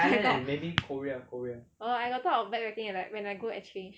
oh I got thought of backpacking when I when I go exchange